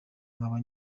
nkaba